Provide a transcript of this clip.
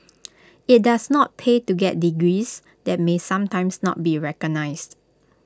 IT does not pay to get degrees that may sometimes not be recognised